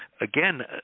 again